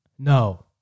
No